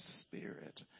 Spirit